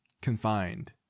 confined